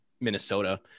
minnesota